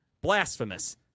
Blasphemous